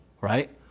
right